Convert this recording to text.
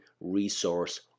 resource